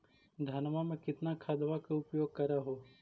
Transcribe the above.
धानमा मे कितना खदबा के उपयोग कर हू?